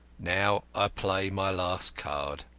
now i play my last card.